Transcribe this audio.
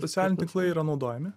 socialiniai tinklai yra naudojami